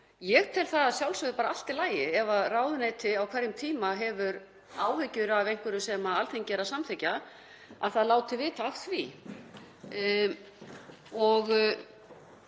Ég tel það að sjálfsögðu allt í lagi ef ráðuneyti á hverjum tíma hefur áhyggjur af einhverju sem Alþingi er að samþykkja, að það láti vita af því og